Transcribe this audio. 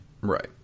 right